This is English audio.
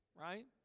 right